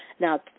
Now